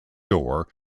door